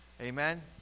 Amen